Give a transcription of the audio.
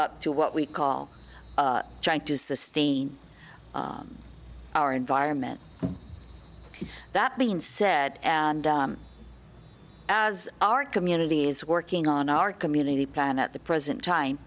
up to what we call trying to sustain our environment that being said and as our community is working on our community plan at the present time